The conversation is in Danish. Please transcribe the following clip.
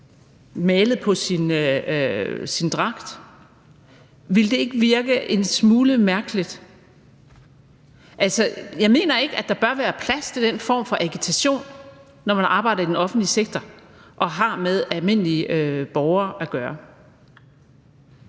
malet på sin dragt? Ville det ikke virke en smule mærkeligt? Jeg mener ikke, at der bør være plads til den form for agitation, når man arbejder i den offentlige sektor og har med almindelige borgere at gøre.